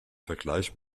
vergleich